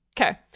Okay